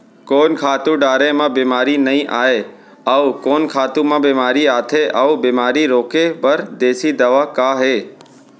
कोन खातू डारे म बेमारी नई आये, अऊ कोन खातू म बेमारी आथे अऊ बेमारी रोके बर देसी दवा का हे?